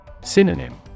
Synonym